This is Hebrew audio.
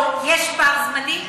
או יש פער זמנים,